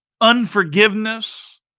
unforgiveness